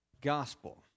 gospel